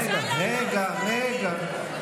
רגע, רגע.